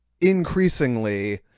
increasingly